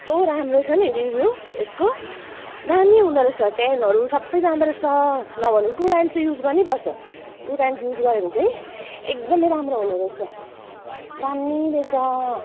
यस्तो राम्रो छ नि रिभ्यु यसको दामी हुँदो रहेछ टेन्टहरू सबै जाँदो रहेछ नभन्नू टु टाइम चाहिँ युज गर्नै पर्छ टु टाइम चाहिँ युज गर्यो भने चाहिँ एकदमै राम्रो हुने रहेछ दामी रहेछ